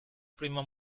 prima